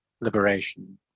liberation